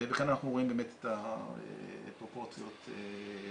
ולכן אנחנו רואים את הפרופורציות בדברים.